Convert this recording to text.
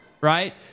right